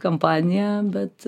kampanija bet